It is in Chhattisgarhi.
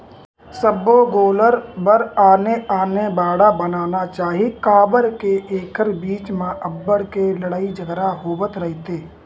सब्बो गोल्लर बर आने आने बाड़ा बनाना चाही काबर के एखर बीच म अब्बड़ के लड़ई झगरा होवत रहिथे